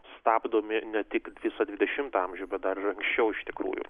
stabdomi ne tik visą dvidešimtą amžių bet dar anksčiau iš tikrųjų